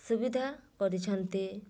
ସୁବିଧା କରିଛନ୍ତି